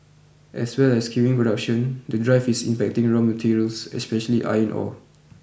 as well as skewing production the drive is impacting raw materials especially iron ore